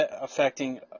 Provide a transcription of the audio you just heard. affecting